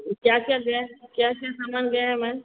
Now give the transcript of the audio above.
क्या क्या गया क्या क्या सामान गया है मैम